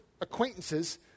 acquaintances